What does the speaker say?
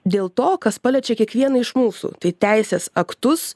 dėl to kas paliečia kiekvieną iš mūsų tai teisės aktus